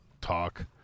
talk